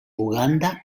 uganda